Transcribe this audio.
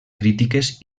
crítiques